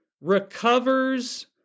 recovers